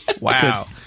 Wow